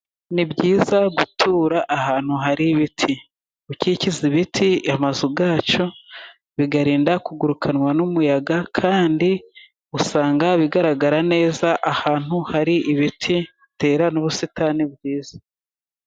Ni byiza gutura ahantu hari ibiti, gukikiza ibiti amazu yacu biyarinda kugurukanwa n'umuyaga kandi usanga bigaragara neza, ahantu hari ibiti ubitera n'ubusitani bwiza.